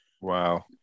Wow